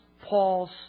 Paul's